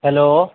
hello